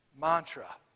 mantra